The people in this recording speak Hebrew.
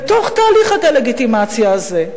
בתוך תהליך הדה-לגיטימציה הזה,